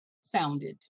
sounded